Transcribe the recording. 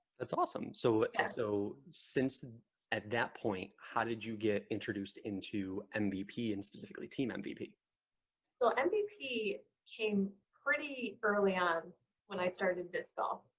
that's awesome so so since and at that point how did you get introduced into and mvp and specifically team mvp so and mvp came pretty early on when i started this bill